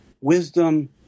wisdom